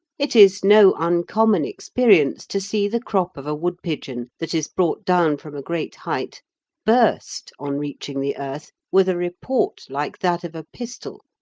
it is no uncommon experience to see the crop of a woodpigeon that is brought down from a great height burst, on reaching the earth, with a report like that of a pistol,